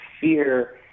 fear